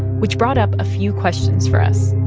which brought up a few questions for us